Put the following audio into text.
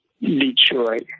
Detroit